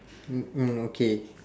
mm mm okay